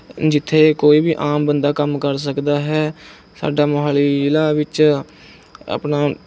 ਜਿੱਥੇ ਕੋਈ ਵੀ ਆਮ ਬੰਦਾ ਕੰਮ ਕਰ ਸਕਦਾ ਹੈ ਸਾਡਾ ਮੋਹਾਲੀ ਜ਼ਿਲ੍ਹਾ ਵਿੱਚ ਆਪਣਾ